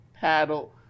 paddle